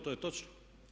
To je točno.